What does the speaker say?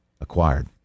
acquired